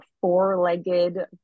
four-legged